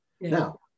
Now